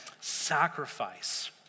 sacrifice